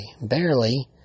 barely